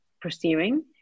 pursuing